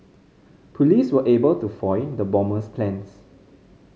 police were able to foil the bomber's plans